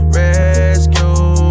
rescue